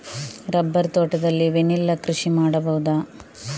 Rubber ತೋಟದಲ್ಲಿ vanilla ಕೃಷಿ ಮಾಡಬಹುದಾ?